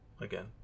again